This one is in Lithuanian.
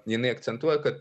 jinai akcentuoja kad